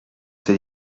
ces